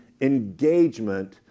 engagement